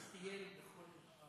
הוא טייל בכל הארץ.